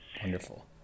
Wonderful